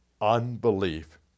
unbelief